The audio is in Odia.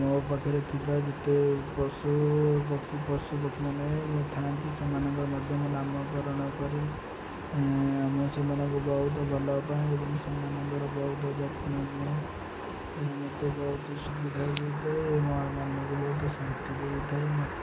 ମୋ ପାଖରେ ଥିବା ଯେତେ ପଶୁ ପଶୁ ପକ୍ଷୀମାନେ ଥାଆନ୍ତି ସେମାନଙ୍କ ମଧ୍ୟ ଲାଭକରଣ କରି ସେମାନଙ୍କୁ ବହୁତ ଭଲ ପାଏ ଏବଂ ସେମାନଙ୍କର ବହୁତ ଯତ୍ନ ନିଏ ମୋତେ ବହୁତ ସୁବିଧା ମୋ ମନଙ୍କୁ ବହୁତ ଶାନ୍ତି ଦେଇଥାଏ